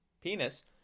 penis